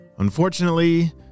Unfortunately